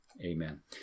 amen